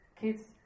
Kids